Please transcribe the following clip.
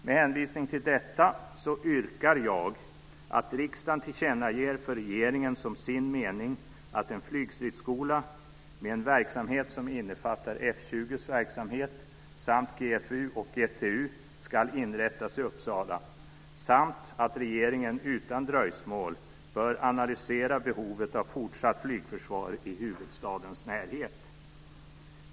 Med hänvisning till detta yrkar jag att riksdagen tillkännager för regeringen som sin mening att en flygstridsskola med en verksamhet som innefattar F 20:s verksamhet samt GFU och GTU ska inrättas i Uppsala samt att regeringen utan dröjsmål bör analysera behovet av fortsatt flygförsvar i huvudstadens närhet.